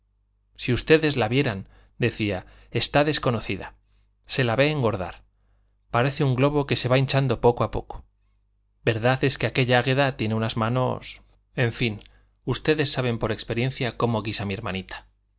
si ustedes la vieran decía está desconocida se la ve engordar parece un globo que se va hinchando poco a poco verdad es que aquella águeda tiene unas manos en fin ustedes saben por experiencia cómo guisa mi hermanita